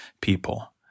people